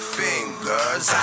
fingers